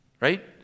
Right